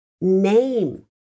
name